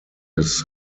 his